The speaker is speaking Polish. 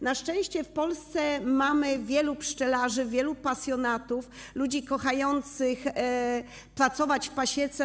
Na szczęście w Polsce mamy wielu pszczelarzy, wielu pasjonatów, ludzi kochających pracować w pasiece.